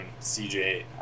CJ